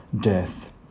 death